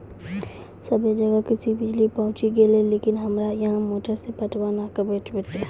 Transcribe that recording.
सबे जगह कृषि बिज़ली पहुंची गेलै लेकिन हमरा यहाँ मोटर से पटवन कबे होतय?